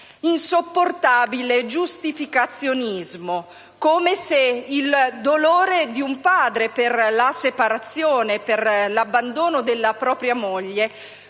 insopportabile giustificazionismo, come se il dolore di un padre per la separazione, per l'abbandono della propria moglie